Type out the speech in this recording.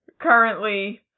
currently